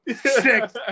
Six